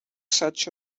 such